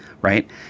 right